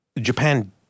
Japan